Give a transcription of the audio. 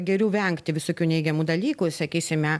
geriau vengti visokių neigiamų dalykų sakysime